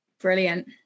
brilliant